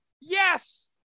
Yes